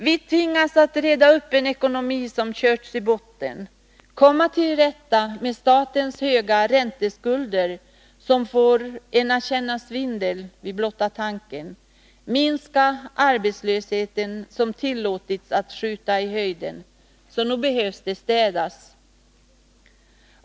Vi tvingas att reda upp en ekonomi som körts i botten, komma till rätta med statens stora ränteskulder som får en att känna svindel, minska arbetslösheten som tillåtits att skjuta i höjden. Så nog behöver det städas.